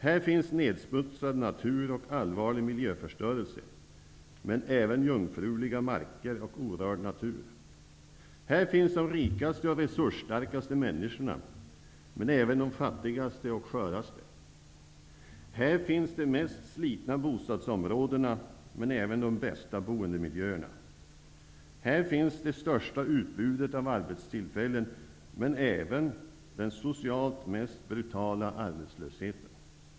Här finns nedsmutsad natur och allvarlig miljöförstörelse, men även jungfruliga marker och orörd natur. Här finns de rikaste och resursstarkaste människorna, men även de fattigaste och sköraste. Här finns de mest slitna bostadsområdena, men även de bästa boendemiljöerna. Här finns det största utbudet av arbetstillfällen, men även den socialt mest brutala arbetslösheten.